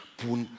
pun